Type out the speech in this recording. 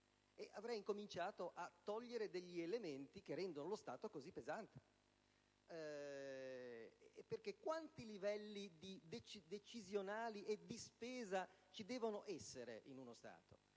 avrei incominciato a togliere degli elementi che rendono lo Stato così pesante. Quanti livelli decisionali e di spesa ci devono essere in uno Stato?